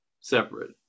separate